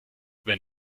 wenn